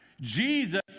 jesus